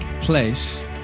place